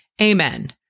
amen